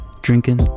drinking